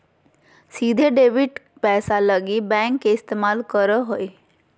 सीधे डेबिट पैसा लगी बैंक के इस्तमाल करो हइ